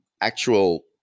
actual